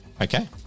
Okay